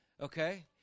Okay